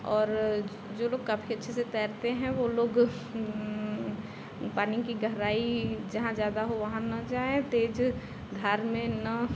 और जो लोग काफ़ी अच्छे से तैरते हैं वे लोग पानी की गहराई जहाँ ज़्यादा हो वहाँ न जाएँ तेज़ धार में न